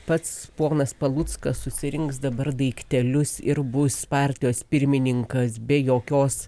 pats ponas paluckas susirinks dabar daiktelius ir bus partijos pirmininkas be jokios